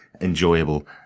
enjoyable